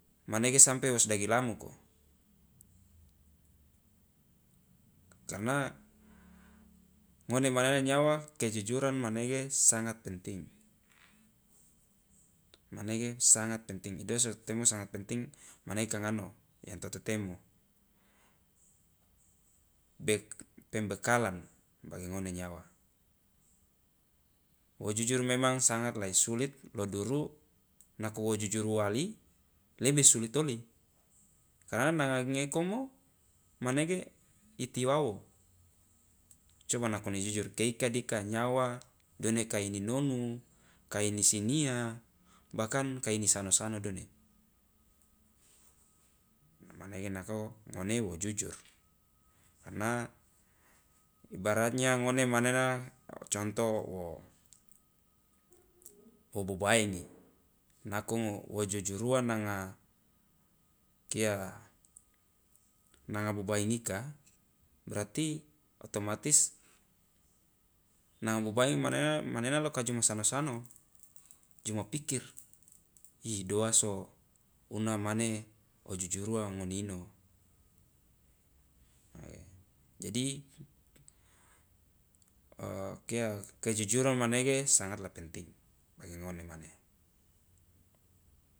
Manege sampe wo ma sidagi lamoko, karena ngone manena nyawa kejujuran manege sangat penting, idoa so to temo sangat penting? Mane ka ngano yang to totemo bek- pembekalan bagi ngone nyawa, wo jujur memang sangat la i sulit lo duru nako wo jujur ua li lebe sulit oli karena nanga ngekomo manege i tiwao, coba nako ni jujur ika- ika dika nyawa doneka i nonu, kai ni sinyia, kai ni sano sano done manege nako ngone wo jujur karena ibaratnya ngone manena contoh wo wo bubaingi nako wo jujur ua nanga kia nanga bubaingika berarti otomatis nanga bubaingi manena manena loka jo ma sano sano, jo ma pikr, i doa so una mane o jujur ua ngone ino? jadi kia kejujuran manege sangatlah penting bagi ngone mane.